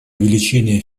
увеличения